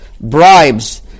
bribes